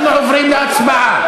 אנחנו עוברים להצבעה.